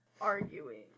arguing